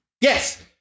Yes